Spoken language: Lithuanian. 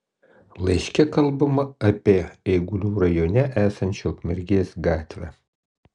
laiške kalbama apie eigulių rajone esančią ukmergės gatvę